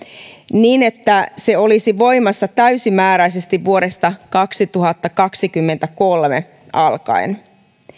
niin että se olisi voimassa täysimääräisesti vuodesta kaksituhattakaksikymmentäkolme alkaen